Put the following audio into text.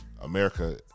America